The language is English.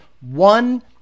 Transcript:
one